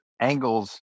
angles